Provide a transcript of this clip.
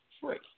free